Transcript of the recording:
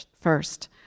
first